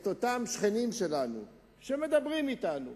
אותם שכנים שלנו שמדברים אתנו,